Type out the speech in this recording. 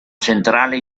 centrale